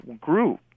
grew